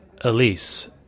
Elise